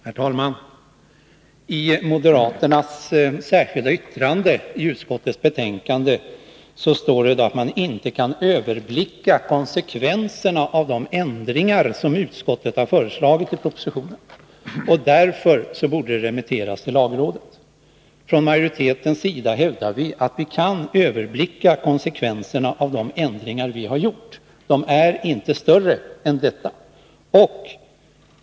Herr talman! I moderaternas särskilda yttrande i utskottets betänkande står det att man inte kan överblicka konsekvenserna av de ändringar i propositionen som utskottet har föreslagit och att ändringsförslagen därför borde remitteras till lagrådet. Från majoritetens sida hävdar vi att vi kan överblicka konsekvenserna av de ändringar vi har gjort — de är inte större än så.